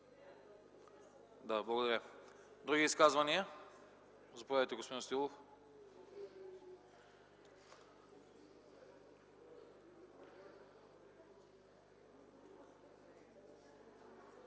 Не. Благодаря. Други изказвания? Заповядайте, господин Стоилов.